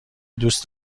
دوست